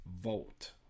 vote